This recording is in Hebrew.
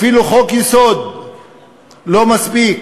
אפילו חוק-יסוד לא מספיק.